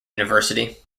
university